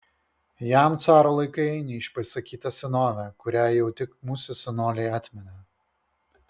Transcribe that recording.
jam caro laikai neišpasakyta senovė kurią jau tik mūsų senoliai atmena